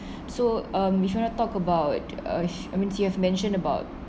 so um we trying to talk about uh I mean you have mentioned about